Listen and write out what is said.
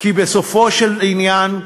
כי בסופו של עניין,